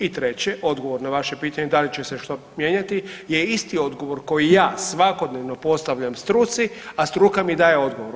I treće odgovor na vaše pitanje da li će se što mijenjati je isti odgovor koji ja svakodnevno postavljam struci, a struka mi daje odgovor.